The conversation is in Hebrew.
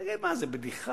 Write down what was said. תגיד, מה, זו בדיחה,